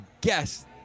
guess